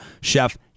Chef